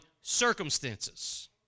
circumstances